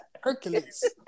Hercules